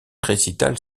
récitals